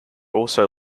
also